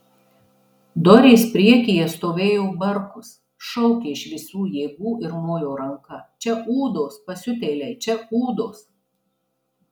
dorės priekyje stovėjo barkus šaukė iš visų jėgų ir mojo ranka čia ūdos pasiutėliai čia ūdos